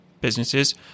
businesses